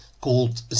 called